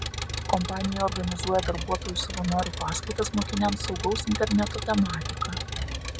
kompanija organizuoja darbuotojų savanorių paskaitas mokiniams saugaus interneto tematika